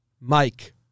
Mike